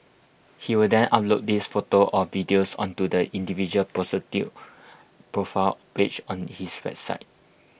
he would then upload these photos or videos onto the individual prostitute's profile page on his website